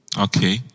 Okay